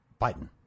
Biden